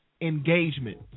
engagement